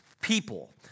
people